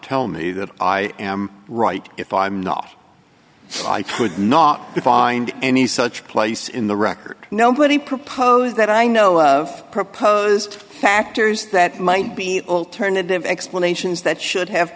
tell me that i am right if i'm not i could not find any such place in the record nobody proposed that i know of proposed factors that might be alternative explanations that should have